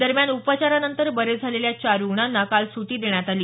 दरम्यान उपचारानंतर बरे झालेल्या चार रुग्णांना काल सुटी देण्यात आली